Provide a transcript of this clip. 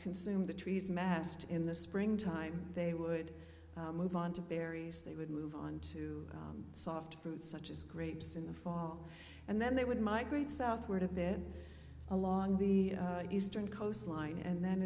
consumed the trees massed in the spring time they would move on to berries they would move on to soft fruit such as grapes in the fall and then they would migrate southward a bit along the eastern coastline and then